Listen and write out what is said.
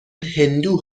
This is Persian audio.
هندو